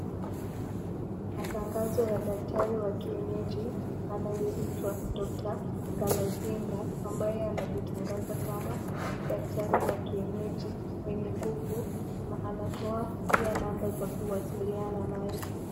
Matangazo ya daktari wa kienyeji anayeitwa Doctor Galazinga ambaye anajitangaza kama daktari wa kienyeji mwenye nguvu na anatoa pia namba za kuwasiliana naye.